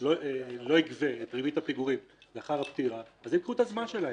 לא יגבה את ריבית הפיגורים לאחר הפטירה אז הם ייקחו את הזמן שלהם.